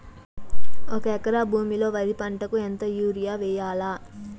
ఒక ఎకరా భూమిలో వరి పంటకు ఎంత యూరియ వేయల్లా?